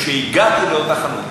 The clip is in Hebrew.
כשהגעתי לאותה חנות